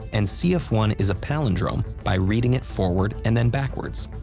and see if one is a palindrome by reading it forward and then backwards.